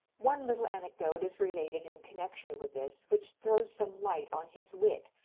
one little anecdote is related in connection with this which throws some light on his wit,